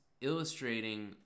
illustrating